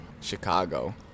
Chicago